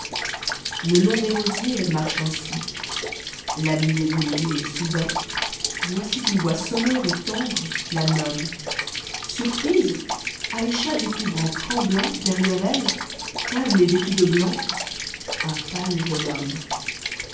le long des rosiers elle marche ainsi la nuit est venue et soudain voici qu'une voix sonore et tendre la nomme surprise ayscha découvre en tremblant derrière elle calme et vêtu de blanc un pâle jeune homme